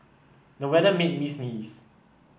the weather made me sneeze